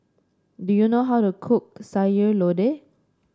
do you know how to cook Sayur Lodeh